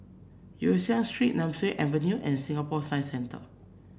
Yong Siak Street Nemesu Avenue and Singapore Science Centre